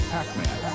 Pac-Man